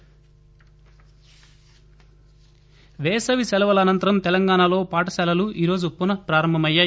పాఠశాలలు పేసవి సెలవుల అనంతరం తెలంగాణలో పాఠశాలలు ఈరోజు పునఃప్రారంభమయ్యాయి